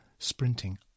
Sprinting